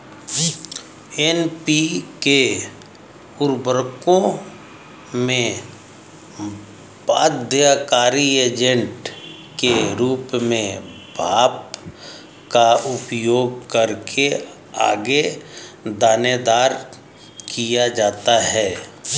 NPK उर्वरकों में बाध्यकारी एजेंट के रूप में भाप का उपयोग करके आगे दानेदार किया जाता है